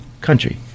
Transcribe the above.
country